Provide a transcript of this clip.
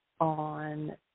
on